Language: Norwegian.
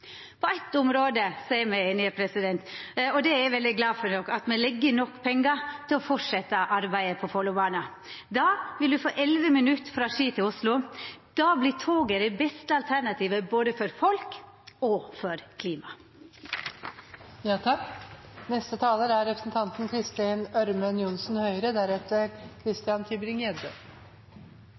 På eitt område er me einige – og det er eg òg veldig glad for – at me legg inn nok pengar til å fortsetja arbeidet på Follobana. Då vil det ta 11 minutt frå Ski til Oslo. Då vert toget det beste alternativet – både for folk og for klimaet. Utfordringen i landet nå er